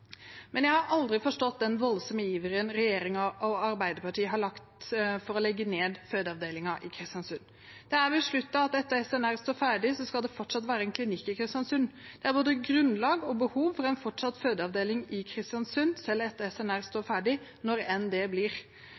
Men jeg har aldri forstått den voldsomme iveren regjeringen og Arbeiderpartiet har for å legge ned fødeavdelingen i Kristiansund. Det er besluttet at etter at SNR, Sjukehuset Nordmøre og Romsdal, står ferdig, skal det fortsatt være en klinikk i Kristiansund. Det er både grunnlag og behov for en fortsatt fødeavdeling i Kristiansund, selv etter at SNR står ferdig, når enn det blir.